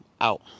Out